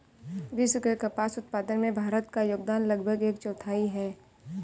विश्व के कपास उत्पादन में भारत का योगदान लगभग एक चौथाई है